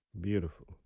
Beautiful